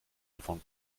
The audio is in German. davon